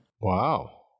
Wow